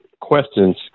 questions